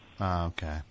Okay